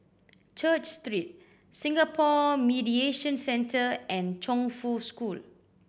Church Street Singapore Mediation Centre and Chongfu School